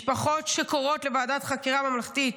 משפחות שקוראות לוועדת חקירה ממלכתית,